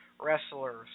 wrestlers